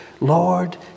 Lord